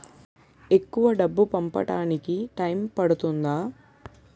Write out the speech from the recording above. ఎక్కువ డబ్బు పంపడానికి టైం పడుతుందా?